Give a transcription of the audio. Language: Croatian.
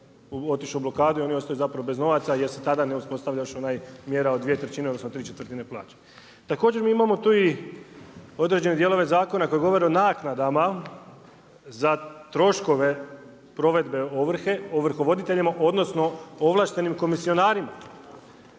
otišao u blokadu i oni ostaju zapravo bez novaca, jer se tada ne uspostavlja još onaj mjera od 2/3, odnosno, 3/4 plaće. Također mi imamo tu i određene dijelove zakona koji govore o naknadama za troškove provedbe ovrhe, ovrhovoditeljima, odnosno, ovlaštenim komisionarima.